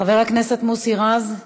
חבר הכנסת מוסי רז,